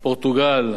פורטוגל,